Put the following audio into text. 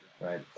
right